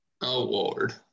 Award